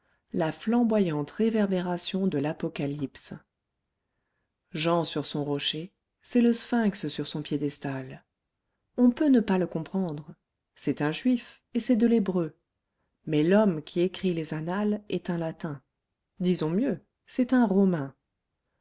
la flamboyante réverbération de l'apocalypse jean sur son rocher c'est le sphinx sur son piédestal on peut ne pas le comprendre c'est un juif et c'est de l'hébreu mais l'homme qui écrit les annales est un latin disons mieux c'est un romain